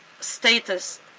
status